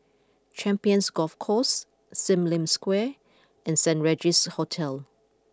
Champions Golf Course Sim Lim Square and Saint Regis Hotel